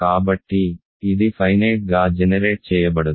కాబట్టి ఇది ఫైనేట్ గా జెనెరేట్ చేయబడదు